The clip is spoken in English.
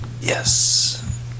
Yes